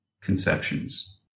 conceptions